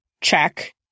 check